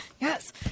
Yes